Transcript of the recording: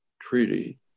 treaty